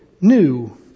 new